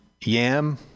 yam